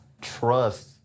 trust